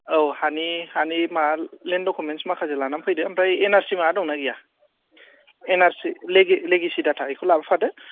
औ हानि हानि लेन्ड डकुमेन्ट्स माखासे लाना फैदो ओमफ्राय एनआरसि माबा दंना गैया एनआरसि लेगेसि डाटा बेखौ लाबो फादो